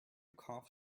cough